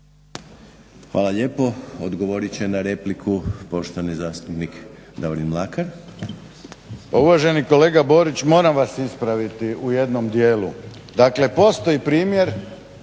Hvala lijepo. Odgovorit će na repliku poštovani zastupnik Davorin Mlakar. **Mlakar, Davorin (HDZ)** Pa uvaženi kolega Borić moram vas ispraviti u jednom dijelu. Dakle, postoji primjer